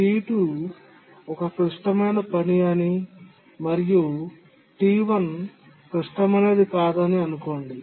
T2 ఒక క్లిష్టమైన పని అని మరియు T1 క్లిష్టమైనది కాదని అనుకోండి